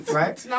right